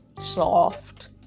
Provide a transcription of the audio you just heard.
soft